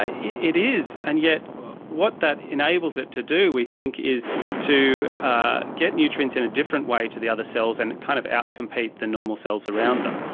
ah it it is, and yet what that enables it to do we think is to ah get nutrients in a different way to the other cells and kind of outcompete the normal cells around them,